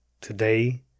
Today